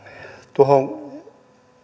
tuohon